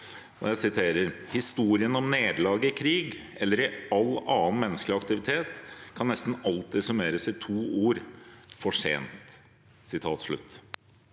er godt: «Historien om nederlag i krig, eller i all annen menneskelig aktivitet, kan nesten alltid summeres i to ord: For sent.»